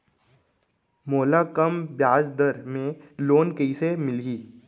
मोला कम ब्याजदर में लोन कइसे मिलही?